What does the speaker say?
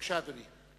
בבקשה, אדוני.